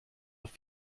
noch